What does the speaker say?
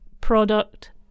product